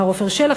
מר עפר שלח,